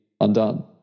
undone